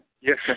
yes